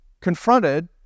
confronted